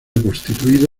constituido